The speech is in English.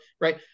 right